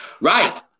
Right